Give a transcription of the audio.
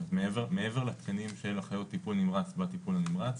מעבר לתקנים של אחיות טיפול נמרץ בטיפול הנמרץ